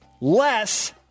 less